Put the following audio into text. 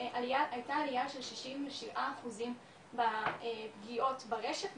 הייתה עליה של 67 אחוזים בפגיעות ברשת,